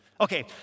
Okay